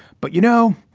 but you know,